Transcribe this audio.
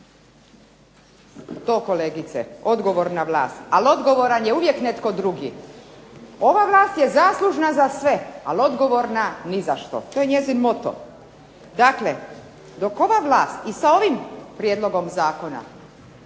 To kolegice, odgovorna vlast ali odgovoran je uvijek netko drugi. Ova vlast je zaslužna za sve, ali odgovorna nizašto. To je njezin moto. Dakle, dok ova vlast i sa ovim prijedlogom zakona